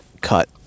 cut